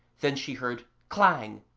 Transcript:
then she heard clang,